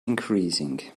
increasing